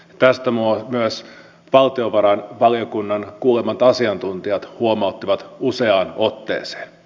tästä myös valtiovarainvaliokunnan kuulemat asiantuntijat huomauttivat useaan otteeseen